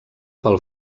pel